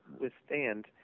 withstand